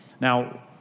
Now